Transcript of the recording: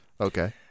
Okay